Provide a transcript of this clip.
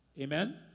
Amen